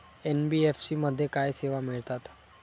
NBFC मध्ये काय सेवा मिळतात?